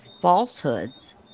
falsehoods